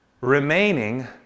remaining